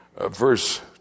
verse